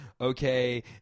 Okay